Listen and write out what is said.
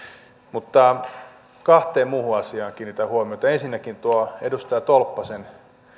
kahteen muuhun asiaan kiinnitän huomiota ensinnäkin tuo edustaja tolppasen